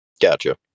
Gotcha